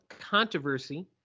controversy